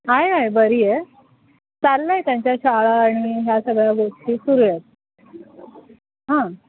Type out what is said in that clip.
आहे आहे बरी आहे चाललं आहे ना त्यांच्या शाळा आणि ह्या सगळ्या गोष्टी सुरू आहेत हां